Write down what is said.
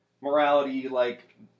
morality-like